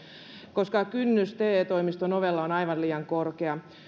koska kynnys te toimiston ovella on aivan liian korkea